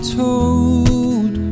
told